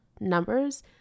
numbers